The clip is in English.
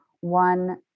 one